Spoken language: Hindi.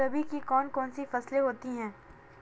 रबी की कौन कौन सी फसलें होती हैं?